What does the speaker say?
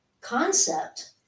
concept